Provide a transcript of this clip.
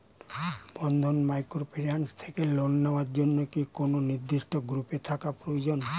বন্ধন microfinance থেকে loan নেওয়ার জন্য কি কোন নির্দিষ্ট গ্রুপে থাকা প্রয়োজন?